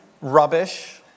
Rubbish